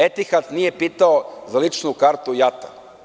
Etihad“ nije pitao za ličnu kartu JAT.